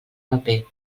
paper